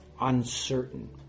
uncertain